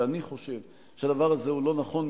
שאני חושב שהדבר הזה הוא לא נכון,